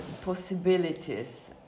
possibilities